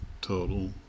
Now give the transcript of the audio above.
total